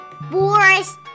Boris